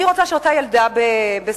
אני רוצה שאותה ילדה בשדרות,